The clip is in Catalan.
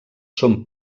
són